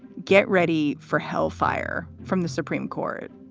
get ready for hell fire from the supreme court.